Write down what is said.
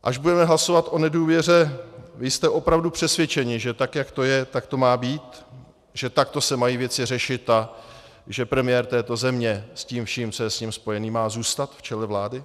Až budeme hlasovat o nedůvěře, jste opravdu přesvědčeni, že tak jak to je, tak to má být, že takto se mají věci řešit a že premiér této země s tím vším, co je s ním spojené, má zůstat v čele vlády?